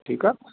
ठीकु आहे